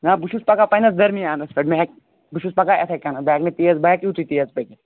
نہ بہٕ چھُس پکان پَننہٕ نِس درمیانس پٮ۪ٹھ مےٚ بہٕ چھُس پکان اِتھٲے کٔنۍ بہٕ ہیٚکنہٕ تیز بہٕ ہیٚکہٕ یِتُۍ تیز پٔکِت